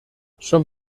son